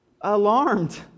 alarmed